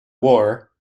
war